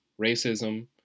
racism